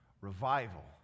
revival